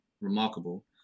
remarkable